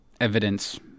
evidence